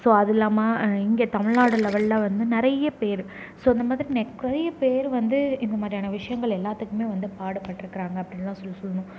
so அதுவும் இல்லாமல் இங்கே தமிழ்நாடு லெவல்ல வந்து நிறைய பேர் ஸோ இந்த மாதிரி நெ நிறைய பேர் வந்து இந்த மாதிரியான விஷயங்கள் எல்லாத்துக்குமே வந்து பாடுபட்டுருக்கிறாங்க அப்படின்னுதான் சொல்லி சொல்லணும்